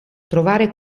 trovare